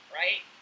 right